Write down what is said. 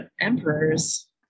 Emperors